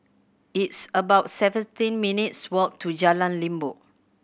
it's about seventeen minutes' walk to Jalan Limbok